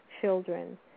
children